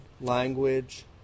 language